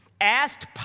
asked